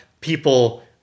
people